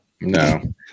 No